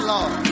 Lord